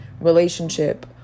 relationship